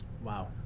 Wow